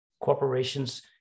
corporations